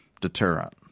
deterrent